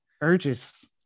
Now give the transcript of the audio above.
Urges